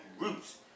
roots